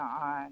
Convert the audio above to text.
on